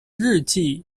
日记